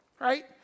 right